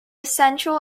central